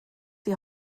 die